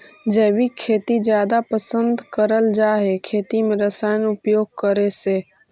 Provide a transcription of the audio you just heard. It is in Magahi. जैविक खेती जादा पसंद करल जा हे खेती में रसायन उपयोग करे से